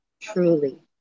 truly